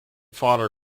fodder